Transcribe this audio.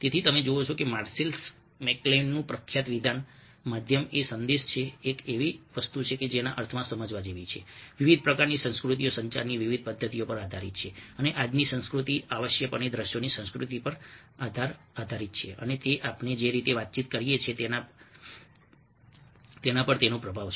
તેથી તમે જુઓ છો કે માર્સેલ મેકક્લેઈનનું પ્રખ્યાત વિધાન માધ્યમ એ સંદેશ છે એ એક એવી વસ્તુ છે જે એ અર્થમાં સમજવા જેવી છે કે વિવિધ પ્રકારની સંસ્કૃતિઓ સંચારની વિવિધ પદ્ધતિઓ પર આધારિત છે અને આજની સંસ્કૃતિ આવશ્યકપણે દ્રશ્યોની સંસ્કૃતિ પર આધારિત છે અને તે આપણે જે રીતે વાતચીત કરીએ છીએ તેના પર તેનો પ્રભાવ છે